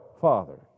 Father